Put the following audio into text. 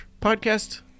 podcast